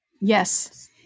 Yes